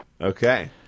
Okay